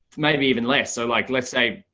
maybe even less. so like, let's say,